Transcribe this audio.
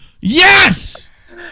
Yes